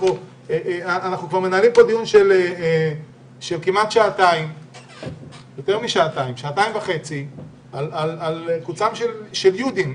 אנחנו מנהלים פה דיון של שעתים וחצי על קוצם של יודים.